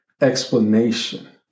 explanation